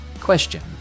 question